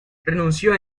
renunció